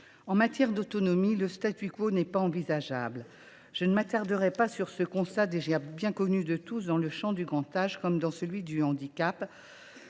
En matière d’autonomie, le n’est pas envisageable. Je ne m’attarderai pas sur ce constat déjà bien connu de tous : dans le champ du grand âge comme dans celui du handicap,